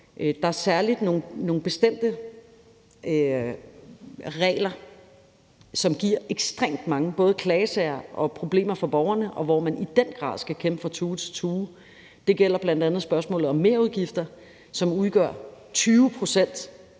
Der er særlig nogle bestemte regler, som giver ekstremt mange både klagesager og problemer for borgerne, og hvor man i den grad skal kæmpe fra tue til tue. Det gælder bl.a. spørgsmålet om merudgifter, som udgør 20 pct.